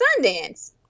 sundance